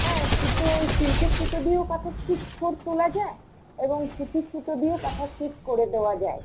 হ্যাঁ সুতোয় সিল্কের সুতো দিয়েও কাঁথা স্টিচ ফোঁড় তোলা যায় এবং সুতির সুতো দিয়েও কাঁথা স্টিচ করে দেওয়া যায়